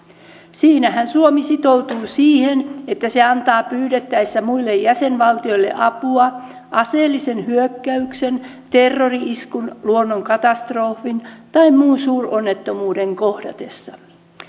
siinähän suomi sitoutuu siihen että se antaa pyydettäessä muille jäsenvaltioille apua aseellisen hyökkäyksen terrori iskun luonnonkatastrofin tai muun suuronnettomuuden kohdatessa